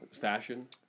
Fashion